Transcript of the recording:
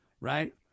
right